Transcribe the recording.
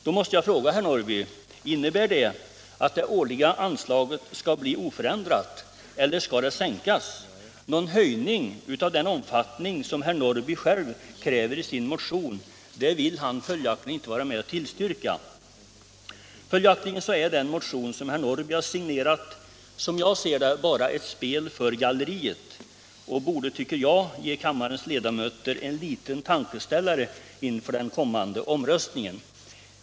Jag måste fråga herr Norrby: Innebär detta att det årliga anslaget skall bli oförändrat, eller skall det sänkas? Någon höjning av den omfattning som herr Norrby själv kräver i sin motion har han inte tillstyrkt. Följaktligen är den motion som herr Norrby signerat, som jag ser det, bara ett spel för galleriet. Det borde, tycker jag, ge kammarens ledamöter en tankeställare inför den kommande omröstningen.